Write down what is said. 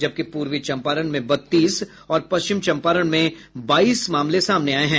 जबकि पूर्वी चंपारण मे बत्तीस और पश्चिम चंपारण में बाईस मामले सामने आये हैं